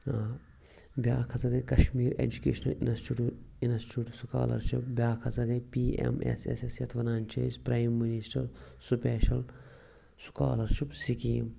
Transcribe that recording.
بیٛاکھ ہَسا گٔے کَشمیٖر ایجوکیشنَل اِنَسچوٗٹ سُکالَرشِپ بیٛاکھ ہَسا گٔے P M S S S یَتھ وَنان چھِ أسۍ prime minister special scholarship scheme